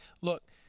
look